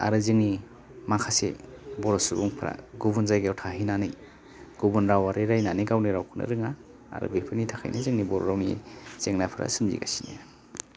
आरो जोंनि माखासे बर' सुबुंफ्रा गुबुन जायगायाव थाहैनानै गुबुन रावारि रायनानै गावनि रावखौनो रोङा आरो बेफोरनि थाखायनो जोंनि बर' रावनि जेंनाफोरा सोमजिगासिनो